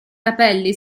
capelli